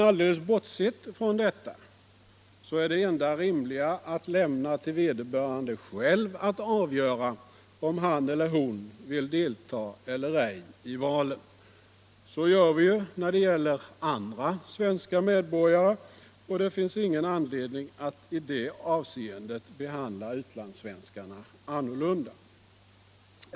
Men bortsett från detta är det enda rimliga att lämna till vederbörande själv att avgöra om han eller hon vill delta i valen eller ej. Så gör vi när det gäller andra svenska medborgare. Det finns ingen anledning att i det avseendet behandla utlandssvenskarna annorlunda.